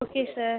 okay sir